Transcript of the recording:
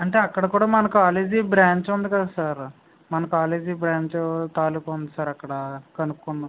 అంటే అక్కడ కూడ మన కాలేజీ బ్రాంచ్ ఉంది కదా సార్ మన కాలేజీ బ్రాంచు తాలుకా ఉంది సార్ అక్కడ కనుకుందాం